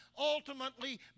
ultimately